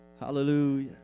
Hallelujah